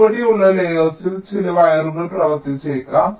ചുവടെയുള്ള ലേയേർസിൽ ചില വയറുകൾ പ്രവർത്തിച്ചേക്കാം